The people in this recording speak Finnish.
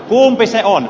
kumpi se on